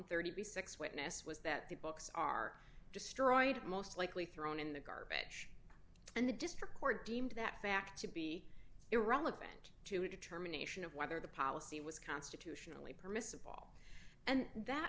thirty six witness was that the books are destroyed most likely thrown in the garbage and the district court deemed that fact to be irrelevant to a determination of whether the policy was constitutionally permissible and that